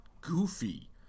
goofy